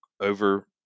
over